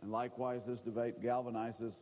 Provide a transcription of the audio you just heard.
and likewise this device galvanizes